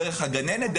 דרך הגננת,